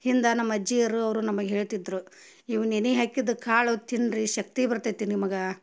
ಹಿಂದೆ ನಮ್ಮ ಅಜ್ಜಿಯವರು ಅವರು ನಮಗೆ ಹೇಳ್ತಿದ್ದರು ಇವು ನೆನೆ ಹಾಕಿದ ಕಾಳು ತಿನ್ನಿರಿ ಶಕ್ತಿ ಬರ್ತೈತಿ ನಿಮಗೆ